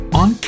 on